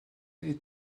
est